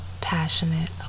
passionate